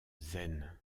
zen